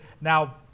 now